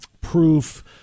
proof